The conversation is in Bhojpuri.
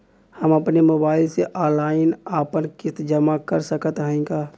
हम अपने मोबाइल से ऑनलाइन आपन किस्त जमा कर सकत हई का?